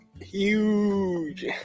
huge